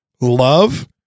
love